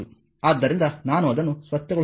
ಆದ್ದರಿಂದ ನಾನು ಅದನ್ನು ಸ್ವಚ್ಛಗೊಳಿಸುತ್ತೇನೆ